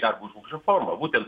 darbo užmokesčio forma būtent